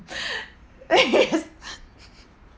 yes